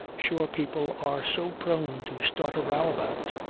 shore people are so prone to start a row about,